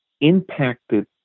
impacted